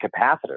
capacitor